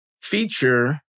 feature